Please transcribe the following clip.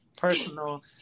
personal